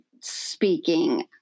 speaking